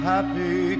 Happy